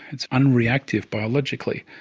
it's unreactive biologically,